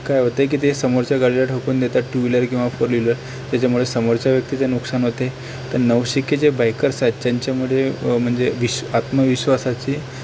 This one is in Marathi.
काय होते की ते समोरच्या गाडीला ठोकून देतात टू व्हिलर किंवा फोर व्हिलर त्याच्यामुळे समोरच्या व्यक्तीचे नुकसान होते तर नवशिके जे बाईकर्स आहेत त्यांच्यामध्ये म्हणजे विश आत्मविश्वासाची